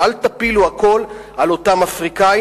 ואל תפילו הכול על אותם אפריקנים.